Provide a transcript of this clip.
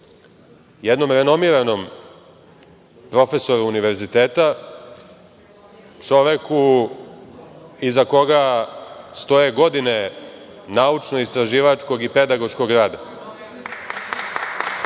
jednom renomiranom profesoru univerziteta, čoveku iza koga stoje godine naučno-istraživačkog i pedagoškog rada.